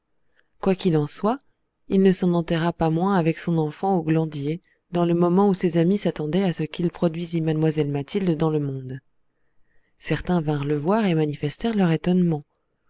qu'il en soit il ne s'en terra pas moins avec son enfant au glandier dans le moment où ses amis s'attendaient à ce qu'il produisit mlle mathilde dans le monde certains vinrent le voir et manifestèrent leur étonnement